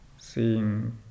Seeing